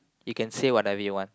you can say whatever you want